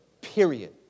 Period